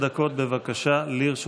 עשר דקות, בבקשה, לרשותך.